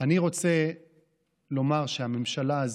אני רוצה לומר שהממשלה הזאת,